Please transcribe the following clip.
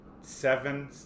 seven